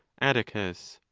atticus.